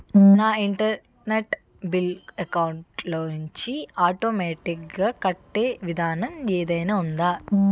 నా internet bill account లోంచి automatic గా కట్టే విధానం ఏదైనా ఉందా?